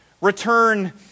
Return